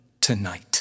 tonight